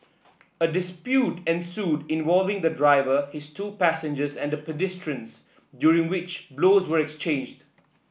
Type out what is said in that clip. a dispute ensued involving the driver his two passengers and the pedestrians during which blows were exchanged